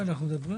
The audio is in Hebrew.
טוב איפה אנחנו?